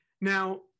Now